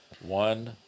one